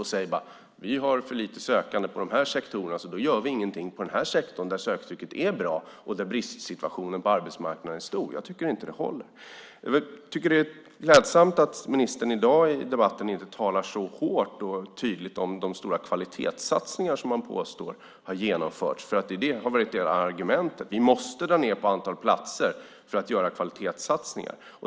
De säger bara att vi har för lite sökande på vissa sektorer, så då gör vi ingenting på de sektorer där söktrycket är bra och där bristsituationen på arbetsmarknaden är stor. Jag tycker inte att det håller. Jag tycker att det är klädsamt att ministern i dagens debatt inte talar så högt och tydligt om de stora kvalitetssatsningar som man påstår har genomförts. Argumentet har ju varit att vi måste dra ned på antalet platser för att göra kvalitetssatsningar.